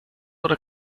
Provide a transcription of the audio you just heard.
oder